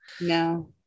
no